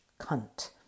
cunt